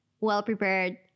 well-prepared